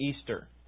Easter